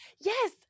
Yes